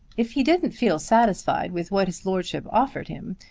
if he didn't feel satisfied with what his lordship offered him,